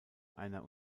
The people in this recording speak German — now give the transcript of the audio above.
einer